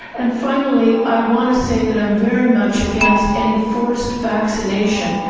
and finally, i wanna say that i'm very much against any forced vaccination,